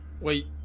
Wait